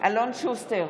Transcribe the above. אלון שוסטר,